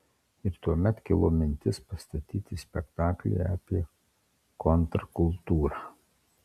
ir tuomet kilo mintis pastatyti spektaklį apie kontrkultūrą